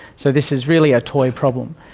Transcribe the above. so this is really a toy problem.